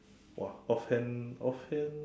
!wah! offhand offhand